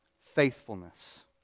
faithfulness